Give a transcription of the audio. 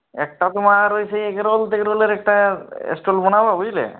একটা তোমার ঐ সেই এগরোল টেগরোলের একটা স্টল বানাবো বুঝলে